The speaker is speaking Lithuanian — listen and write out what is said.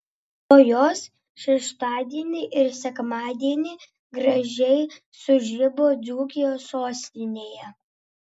o jos šeštadienį ir sekmadienį gražiai sužibo dzūkijos sostinėje